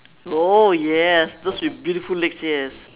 oh yes those with beautiful legs yes